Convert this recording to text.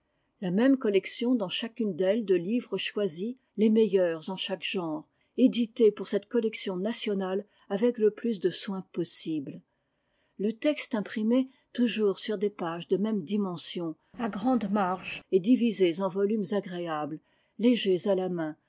la même collection dans chacune d'elles de livres choisis les meilleurs en chaque genre édités pour cette collection nationale avec le plus de soin possible le texte imprimé toujours sur des pages de mêmes dimensions à grandes marges et divisés en volumes agréables légers à la main